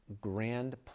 grand